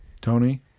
Tony